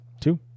Two